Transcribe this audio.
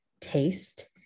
taste